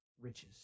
riches